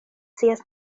scias